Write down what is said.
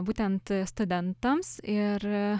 būtent studentams ir